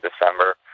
December